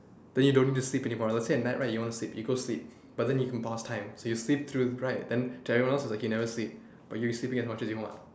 then you don't need to sleep anymore let's say at night right you want to sleep you go sleep but then you can pause time so you sleep through right then to everyone else it's like you never sleep but you sleeping as much as you want